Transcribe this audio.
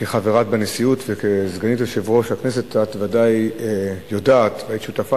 כחברה בנשיאות וכסגנית יושב-ראש הכנסת את ודאי יודעת והיית שותפה